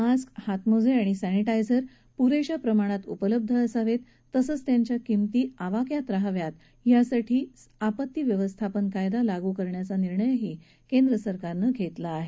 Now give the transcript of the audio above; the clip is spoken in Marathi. मास्क हातमोजे आणि सत्ती झिझर पुरेशा प्रमाणात उपलब्ध असावेत तसंच त्यांच्या किंमती नियंत्रणात राहाव्यात यासाठी आपत्ती व्यवस्थापन कायदा लागू करण्याचा निर्णयही केंद्र सरकारनं घेतला आहे